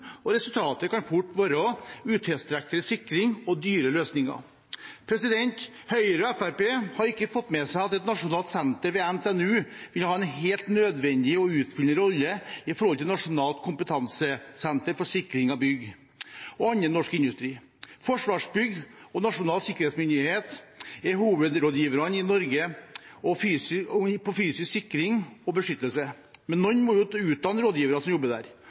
Resultatet kan fort bli utilstrekkelig sikring og dyre løsninger. Høyre og Fremskrittspartiet har ikke fått med seg at et nasjonalt senter ved NTNU vil ha en helt nødvendig og utfyllende rolle i forhold til Nasjonalt kompetansesenter for sikring av bygg og annen norsk industri. Forsvarsbygg og Nasjonal sikkerhetsmyndighet er hovedrådgiverne i Norge på fysisk sikring og beskyttelse. Men noen må jo utdanne rådgiverne som jobber der,